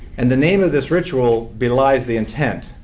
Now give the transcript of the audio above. and the name of this ritual belies the intent,